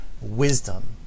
wisdom